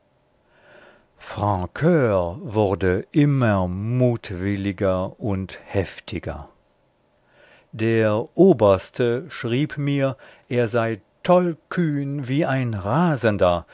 francur wurde immer mutwilliger und heftiger der oberste schrieb mir er sei tollkühn wie ein rasender